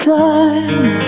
time